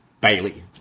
Bailey